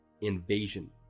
invasion